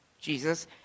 Jesus